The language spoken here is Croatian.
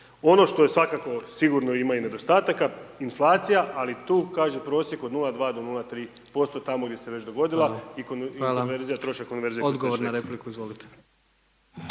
Ono što je svakako sigurno ima i nedostataka, inflacija, ali tu kaže prosjek od 0,2 do 0,3% tamo gdje se već dogodila …/Upadica: Hvala./… i konverzija, trošak konverzije